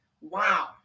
Wow